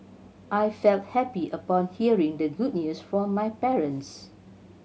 I felt happy upon hearing the good news from my parents